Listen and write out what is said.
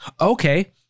Okay